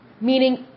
Meaning